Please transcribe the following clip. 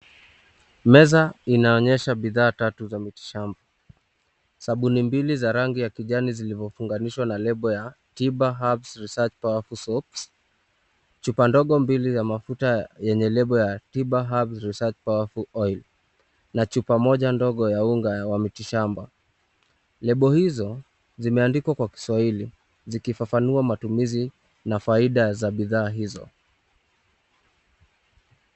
Meza inaonyesha bidhaa tatu za miti shamba sabuni mbili za rangi ya kijani zilizo funganishwa na label ya timber herbs research powerful soaps chupa ndogo mbili za mafuta yenye label ya timber herbs research powerful oil na chupa ndogo Moja ya unga ya miti shamba label hizo zimeandikwa kwa kiswahili zikifafanua matumizi na faida ya bidhaa hizo.